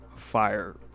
fire